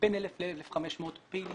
בין 1,000 ל-1,500 פעילים,